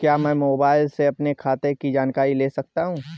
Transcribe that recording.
क्या मैं मोबाइल से अपने खाते की जानकारी ले सकता हूँ?